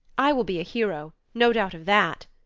i will be a hero, no doubt of that,